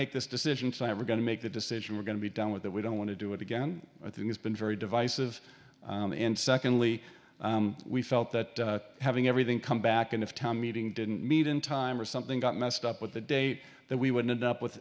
make this decision tonight we're going to make the decision we're going to be done with that we don't want to do it again i think it's been very divisive and secondly we felt that having everything come back into town meeting didn't meet in time or something got messed up with the date that we would up with